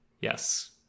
Yes